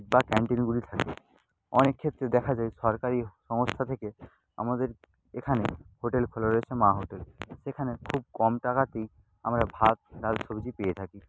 বা ক্যান্টিনগুলি থাকে অনেক ক্ষেত্রে দেখা যায় সরকারি সংস্থা থেকে আমাদের এখানে হোটেল খোলা রয়েছে মা হোটেল সেখানে খুব কম টাকাতেই আমরা ভাত ডাল সবজি পেয়ে থাকি